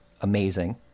amazing